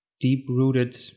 deep-rooted